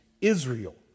israel